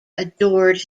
adored